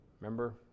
Remember